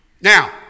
Now